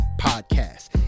podcast